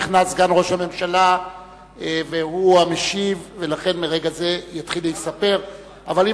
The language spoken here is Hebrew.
נכנס סגן ראש הממשלה והוא המשיב ולכן מרגע זה יתחיל להיספר הזמן.